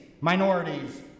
minorities